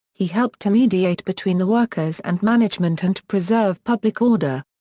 he helped to mediate between the workers and management and to preserve public order.